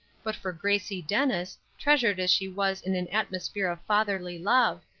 but for gracie dennis, treasured as she was in an atmosphere of fatherly love,